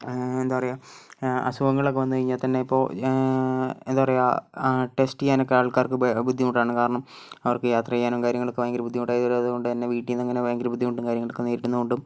എന്താ പറയുക അസുഖങ്ങളക്കെ വന്നു കഴിഞ്ഞാൽ തന്നെ ഇപ്പോൾ എന്താ പറയുക ടെസ്റ്റ് ചെയ്യാനൊക്കെ ആൾക്കാർക്ക് ബെ ബുദ്ധിമുട്ടാണ് കാരണം അവർക്ക് യാത്ര ചെയ്യാനും കാര്യങ്ങളക്കെ ഭയങ്കര ബുദ്ധിമുട്ടായായതു കൊണ്ട് തന്നെ വീട്ടീന്ന് അങ്ങനെ ഭയങ്കര ബുദ്ധിമുട്ടും കാര്യങ്ങളക്കെ നേരിടുന്നതു കൊണ്ടും